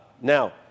now